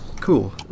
Cool